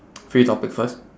free topic first